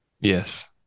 Yes